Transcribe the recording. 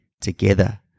together